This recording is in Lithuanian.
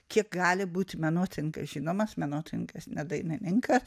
kiek gali būt menotyrininkas žinomas menotyrininkas ne dainininkas